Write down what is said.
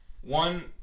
One